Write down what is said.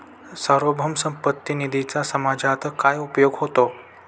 सार्वभौम संपत्ती निधीचा समाजात काय उपयोग होतो?